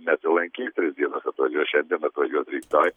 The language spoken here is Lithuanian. nesilankys tris dienas atvažiuos šiandien atvažiuos rytoj